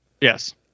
yes